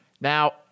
Now